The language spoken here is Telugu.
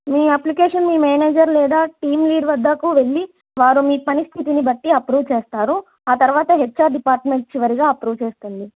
మీ అప్లికేషన్ మీ మేనేజర్ లేదా టీం లీడ్ వద్దకు వెళ్ళి వారు మీ పనిస్థితిని బట్టి అప్రూవ్ చేస్తారు ఆ తర్వాత హెచ్ ఆర్ డిపార్ట్మెంట్ చివరిగా అప్రూవ్ చేస్తుంది